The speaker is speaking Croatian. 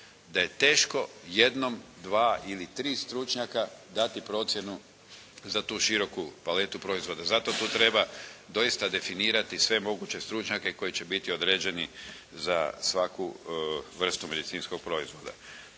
da je teško jednom, dva ili tri stručnjaka dati procjenu za tu široku paletu proizvoda. Zato tu treba doista definirati sve moguće stručnjake koji će biti određeni za svaku vrstu medicinskog proizvoda.